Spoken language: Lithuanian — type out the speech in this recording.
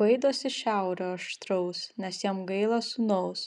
baidosi šiaurio aštraus nes jam gaila sūnaus